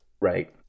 Right